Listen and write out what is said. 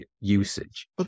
usage